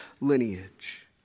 lineage